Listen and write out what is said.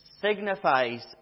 signifies